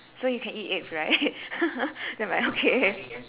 so you can eat eggs right then I'm like okay